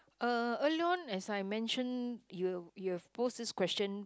uh earlier on as I mentioned you've you have posed this question